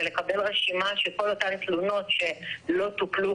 ולקבל רשימה של כל אותן תלונות שלא טופלו,